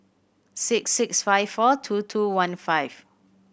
six six five four two two one five